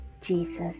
Jesus